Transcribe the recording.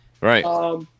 Right